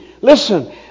Listen